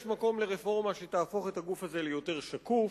יש מקום לרפורמה שתהפוך את הגוף הזה ליותר שקוף,